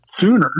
sooner